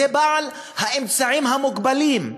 בעל האמצעים המוגבלים.